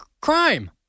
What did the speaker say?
crime